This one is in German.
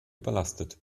überlastet